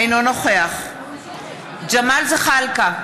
אינו נוכח ג'מאל זחאלקה,